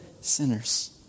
sinners